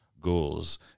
goals